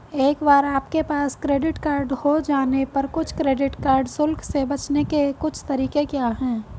एक बार आपके पास क्रेडिट कार्ड हो जाने पर कुछ क्रेडिट कार्ड शुल्क से बचने के कुछ तरीके क्या हैं?